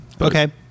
Okay